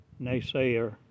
Naysayer